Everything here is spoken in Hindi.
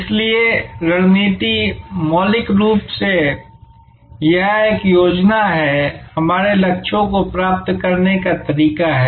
इसलिए रणनीति मौलिक रूप से यह एक योजना है हमारे लक्ष्यों को प्राप्त करने का तरीका है